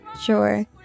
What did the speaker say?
sure